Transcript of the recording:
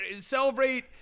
Celebrate